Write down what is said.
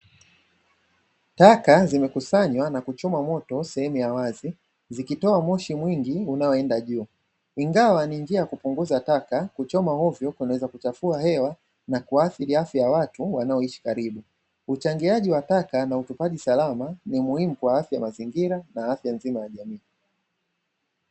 Taka zimekusanywa na kuchomwa moto sehemu ya wazi zikitoa moshi mwingi unao enda juu ingawa ni njia ya kupunguza taka, kuchoma hovyo kunaweza kuchafua hewa na kuadhiri afya ya watu wanao ishi karibu ,uchangiaji wa taka na utupaji salama ni muhimu kwa afya ya mazingira na afya nzima ya jamii.